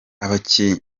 abakinyi